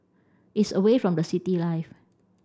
it's away from the city life